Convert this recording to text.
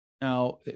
Now